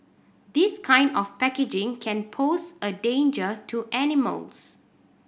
this kind of packaging can pose a danger to animals